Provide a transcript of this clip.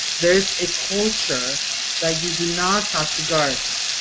there's a culture that you do not talk to guards,